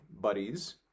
buddies